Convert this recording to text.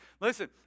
listen